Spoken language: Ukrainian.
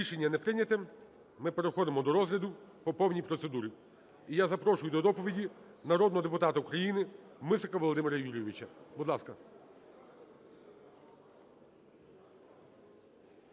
Рішення не прийнято. Ми переходимо до розгляду по повній процедурі. І я запрошую до доповіді народного депутата України Мисика Володимира Юрійовича. Будь ласка.